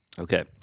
Okay